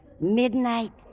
Midnight